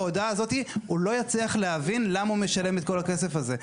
בהודעה הזאת הוא לא יצליח להבין למה הוא משלם את כל הכסף הזה.